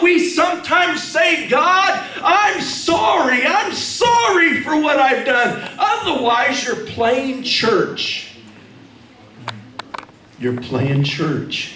we sometimes say god i'm sorry i'm sorry for what i've done otherwise you're playing church you're playing in church